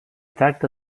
tracta